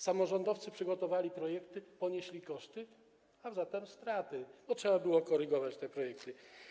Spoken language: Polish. Samorządowcy przygotowali projekty, ponieśli koszty, a zatem straty, bo trzeba było korygować te projekty.